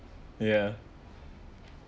ya ya